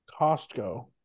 Costco